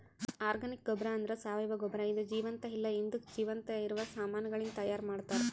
organic ಗೊಬ್ಬರ ಅಂದ್ರ ಸಾವಯವ ಗೊಬ್ಬರ ಇದು ಜೀವಂತ ಇಲ್ಲ ಹಿಂದುಕ್ ಜೀವಂತ ಇರವ ಸಾಮಾನಗಳಿಂದ್ ತೈಯಾರ್ ಮಾಡ್ತರ್